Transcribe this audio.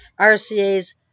RCA's